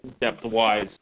depth-wise